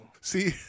See